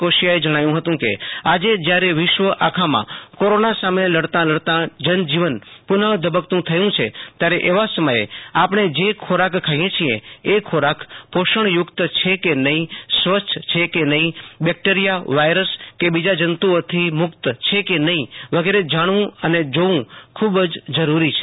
કોશિયાએ જણાવ્યું હતું કે આજે જ્યારે વિશ્વ આખામાં કોરોના સામે લડતાં લડતાં જનજીવન પુનઃધબકતું થયું છે ત્યારે એવા સમયે આપણે જે ખોરાક ખાઈએ છીએ એ ખોરાક પોષણયુક્ત છે કે નફીં સ્વચ્છ છે કે નફીં બેક્ટેરિયાવાઈરસ કે બીજા જંતુઓથી મુક્ત છે કે નફી વગેરે જાણવું અને જોવું ખૂબ જ જરૂરી છે